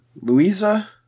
Louisa